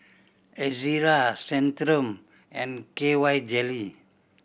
Ezerra Centrum and K Y Jelly